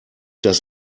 das